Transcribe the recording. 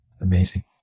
Amazing